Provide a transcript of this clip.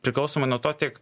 priklausomai nuo to tik